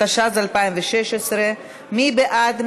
התשע"ז 2016. מי בעד?